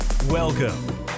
Welcome